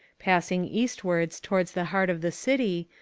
passing eastward towards the heart of the city,